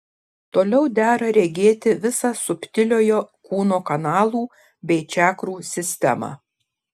toliau dera regėti visą subtiliojo kūno kanalų bei čakrų sistemą